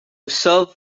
serve